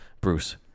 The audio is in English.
Bruce